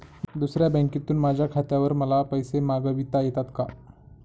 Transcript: दुसऱ्या बँकेतून माझ्या खात्यावर मला पैसे मागविता येतात का?